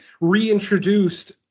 reintroduced